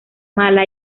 mala